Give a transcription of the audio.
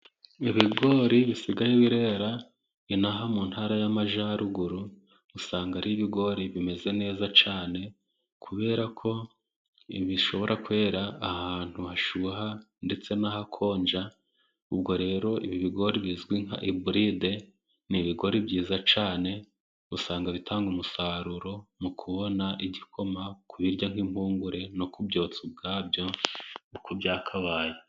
Ibigori bisigaye byera inaha mu Ntara y'Amajyaruguru, usanga ari ibigori bimeze neza cyane kubera ko bishobora kwera ahantu hashyuha ndetse n'ahakonja. Ubwo rero ibigori bizwi nka iburide ni ibigori byiza cyane, usanga bitanga umusaruro mu kubona igikoma, kubirya nk'impungure no kubyotsa ubwabyo uko byakabaye.